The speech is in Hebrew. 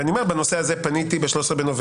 בנושא הזה פניתי ב-13.11,